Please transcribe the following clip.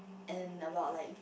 and about like